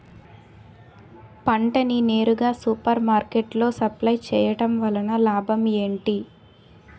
పంట ని నేరుగా సూపర్ మార్కెట్ లో సప్లై చేయటం వలన లాభం ఏంటి?